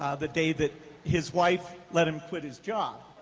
the day that his wife let him quit his job.